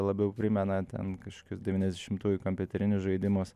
labiau primena ten kažkokius devyniasdešimtųjų kompiuterinius žaidimus